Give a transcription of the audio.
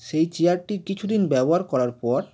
সেই চেয়ারটি কিছু দিন ব্যবহার করার পর